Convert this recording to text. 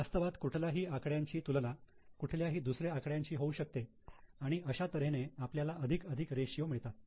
वास्तवात कुठलाही आकड्याची तुलना कुठल्याही दुसऱ्या आकड्यांशी होऊ शकते आणि अशा तऱ्हेने आपल्याला अधिक अधिक रेषीयो मिळतात